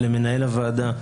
למנהל הוועדה,